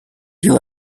your